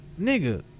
nigga